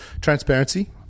transparency